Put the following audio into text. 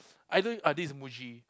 I don't ah this is Muji